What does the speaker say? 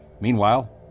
Meanwhile